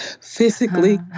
physically